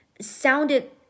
sounded